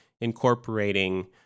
incorporating